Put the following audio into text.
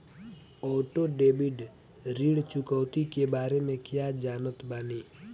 Auto debit ऋण चुकौती के बारे में कया जानत बानी?